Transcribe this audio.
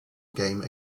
game